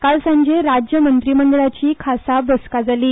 काल सांजे राज्य मंत्रिमंडळाची खासा बसका जाली